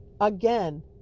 Again